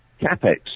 CapEx